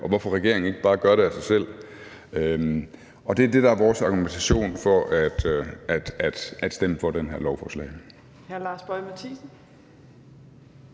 og hvorfor regeringen ikke bare gør det af sig selv. Og det er det, der er vores argumentation for at stemme for det her lovforslag.